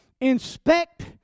inspect